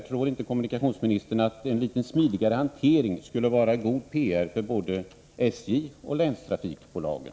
Tror inte kommunikationsministern att en litet smidigare hantering skulle vara god PR för både SJ och länstrafikbolagen?